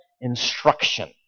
instruction